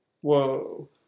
whoa